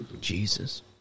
Jesus